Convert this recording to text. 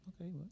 Okay